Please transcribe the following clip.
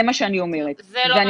זה מה שאני אומרת -- זה לא ----- ואני